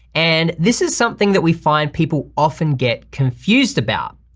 and, this is something that we find people often get confused about.